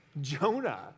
Jonah